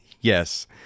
Yes